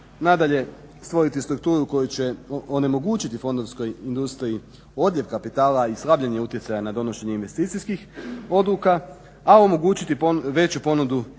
nadalje, stvoriti strukturu koju će onemogućiti fondovskoj industriji odjel kapitala i slabljenje utjecaja na donošenje investicijskih odluka, a omogućiti veću ponudu